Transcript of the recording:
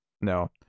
No